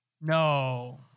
No